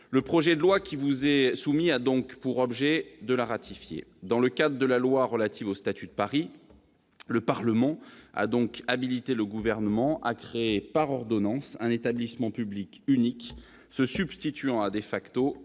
Le projet de loi qui vous est soumis a donc pour objet de la ratifier. Dans le cadre de la loi relative au statut de Paris, le Parlement a donc habilité le Gouvernement à créer, par ordonnance, un établissement public unique se substituant à Defacto